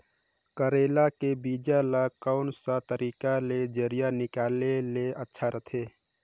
करेला के बीजा ला कोन सा तरीका ले जरिया निकाले ले अच्छा रथे?